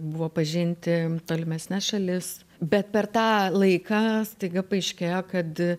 buvo pažinti tolimesnes šalis bet per tą laiką staiga paaiškėjo kad